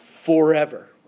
forever